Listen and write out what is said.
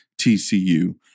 TCU